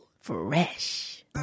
Fresh